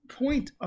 point